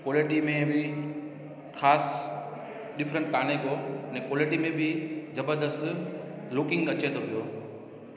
quality में बि ख़ासि डिफरेंस कान्हे को अने क़्वालिटी में बि ज़बरदस्तु लुकिंग अचे थो पियो